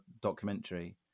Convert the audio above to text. documentary